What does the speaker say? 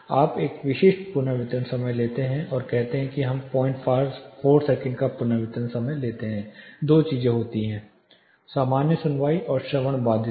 आप एक विशिष्ट पुनर्वितरण समय लेते हैं कहते हैं कि हम 04 सेकंड का पुनर्वितरण समय लेते हैं दो चीजें होती हैं सामान्य सुनवाई और श्रवण बाधित लोग